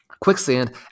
quicksand